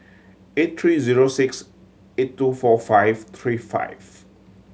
eight three zero six eight two four five three five